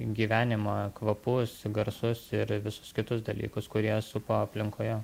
gyvenimą kvapus garsus ir visus kitus dalykus kurie supa aplinkoje